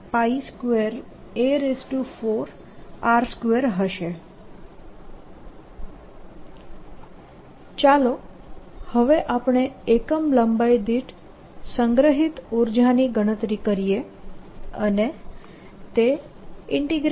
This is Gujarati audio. r EnergyVolume12002r242a4082a4r2 ચાલો હવે આપણે એકમ લંબાઈ દીઠ સંગ્રહિત ઉર્જાની ગણતરી કરીએ અને તે 0a082a4